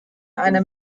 eine